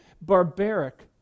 barbaric